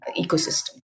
ecosystem